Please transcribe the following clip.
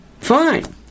Fine